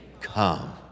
come